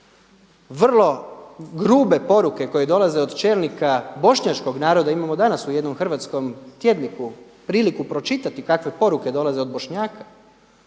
vrlo grube poruke koje dolaze od čelnika Bošnjačkog naroda, imamo danas u jednom hrvatskom tjedniku priliku pročitati kakve poruke dolaze od Bošnjaka,